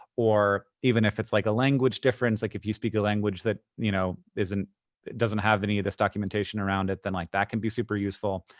or even if it's like a language difference, like if you speak a language that you know doesn't have any of this documentation around it, then like that can be super useful.